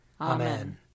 Amen